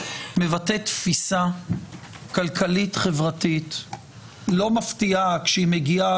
מבטא תפיסה כלכלית-חברתית לא מפתיעה כשהיא מגיעה